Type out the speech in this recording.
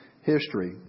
history